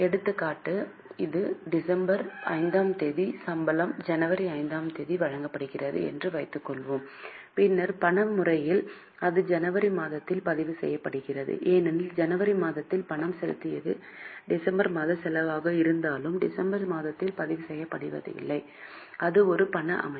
எடுத்துக்காட்டு இது டிசம்பர் 5 ஆம் தேதி சம்பளம் ஜனவரி 5 ஆம் தேதி வழங்கப்படுகிறது என்று வைத்துக்கொள்வோம் பின்னர் பண முறைமையில் அது ஜனவரி மாதத்தில் பதிவு செய்யப்படுகிறது ஏனெனில் ஜனவரி மாதத்தில் பணம் செலுத்தியது டிசம்பர் மாத செலவாக இருந்தாலும் டிசம்பர் மாதத்தில் பதிவு செய்யப்படவில்லை இது ஒரு பண அமைப்பு